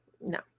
no